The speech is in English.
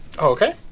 Okay